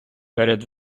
перед